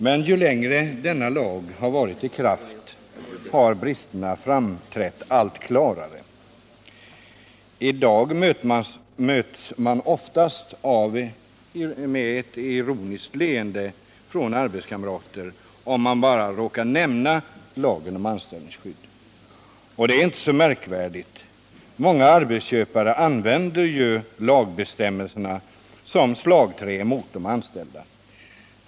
Men allteftersom denna lag varit i kraft har bristerna framträtt allt klarare. I dag möts man ofta av ironiska leenden från arbetskamrater om man råkar nämna lagen om anställningsskydd. Och det är inte så märkvärdigt. Många arbetsköpare använder ju lagbestämmelserna som slagträ mot de anställda.